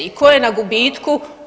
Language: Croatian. I tko je na gubitku?